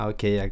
Okay